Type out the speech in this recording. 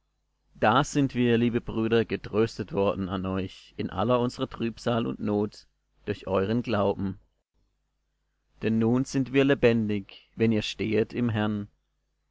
da sind wir liebe brüder getröstet worden an euch in aller unsrer trübsal und not durch euren glauben denn nun sind wir lebendig wenn ihr stehet im herrn